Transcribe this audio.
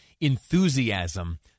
enthusiasm